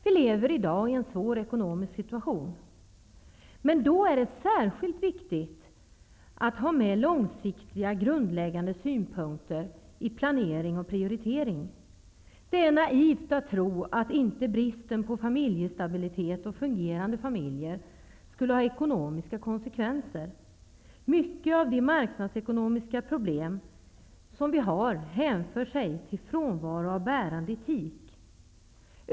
Vi lever i dag i en svår ekonomisk situation. Men då är det särskilt viktigt att ha med långsiktiga grundläggande synpunkter i planering och prioritering. Det är naivt att tro att inte bristen på familjestabilitet och fungerande familjer skulle ha ekonomiska konsekvenser. Mycket av de marknadsekonomiska problem som vi har hänför sig till frånvaron av bärande etik.